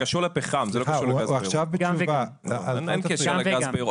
זה קשור לפחם, זה לא קשור לגז באירופה.